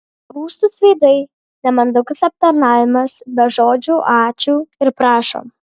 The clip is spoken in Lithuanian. rūstūs veidai nemandagus aptarnavimas be žodžių ačiū ir prašom